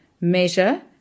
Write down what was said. measure